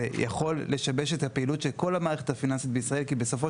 זה עלול לשבש את הפעילות של כל המערכת הפיננסית בישראל כי בסופו